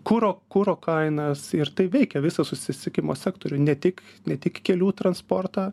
kuro kuro kainas ir tai veikia visą susisiekimo sektorių ne tik ne tik kelių transportą